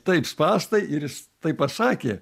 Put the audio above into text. taip spąstai ir iš tai pasakė